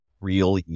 real